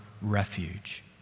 refuge